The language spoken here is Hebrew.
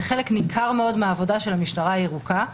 חלק ניכר מאוד מהעבודה של המשטרה הירוקה,